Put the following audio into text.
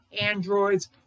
Androids